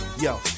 yo